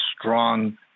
strong